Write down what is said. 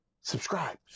Subscribe